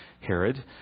Herod